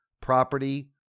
property